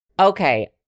Okay